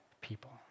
people